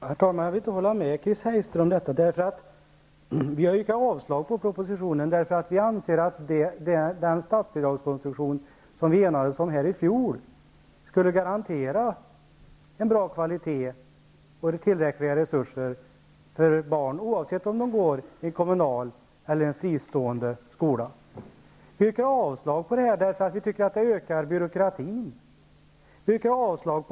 Herr talman! Jag vill inte hålla med Chris Heister om detta. Vi har yrkat avslag på propositionen därför att vi anser att den statsbidragskonstruktion som vi enades om här i fjol skulle garantera en bra kvalitet och tillräckliga resurser för barn, oavsett om de går i kommunala eller fristående skolor. Vi yrkar avslag på detta för vi tycker att det ökar byråkratin.